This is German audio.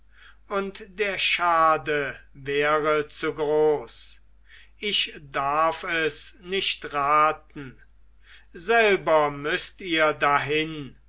und der schande wäre zu groß ich darf es nicht raten selber müßt ihr dahin